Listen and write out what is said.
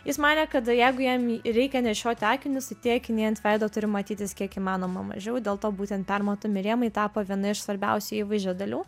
jis manė kad jeigu jam reikia nešioti akinius tai tie akiniai ant veido turi matytis kiek įmanoma mažiau dėl to būtent permatomi rėmai tapo viena iš svarbiausių įvaizdžio dalių